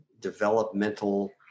developmental